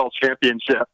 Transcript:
Championship